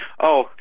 Oh